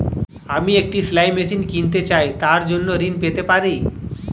আমি একটি সেলাই মেশিন কিনতে চাই তার জন্য ঋণ পেতে পারি?